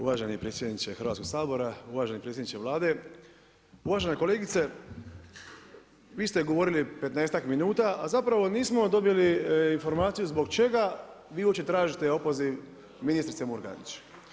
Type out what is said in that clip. Uvaženi predsjedniče Hrvatskog sabora, uvaženi predsjedniče Vlade, uvažena kolegice vi ste govorili petnaestak minuta a zapravo nismo dobili informaciju zbog čega vi uopće tražite opoziv ministrice Murganić.